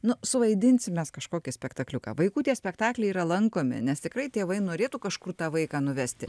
nu suvaidinsim mes kažkokį spektakliuką vaikų tie spektakliai yra lankomi nes tikrai tėvai norėtų kažkur tą vaiką nuvesti